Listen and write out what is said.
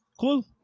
cool